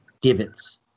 divots